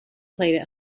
played